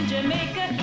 Jamaica